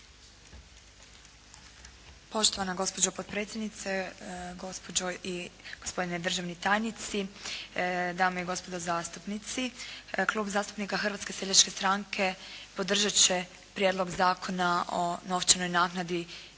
Poštovana gospođo potpredsjednice, gospođo i gospodine državni tajnici, dame i gospodo zastupnici. Klub zastupnika Hrvatske seljačke stranke podržat će Prijedlog zakona o novčanoj naknadi